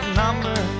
number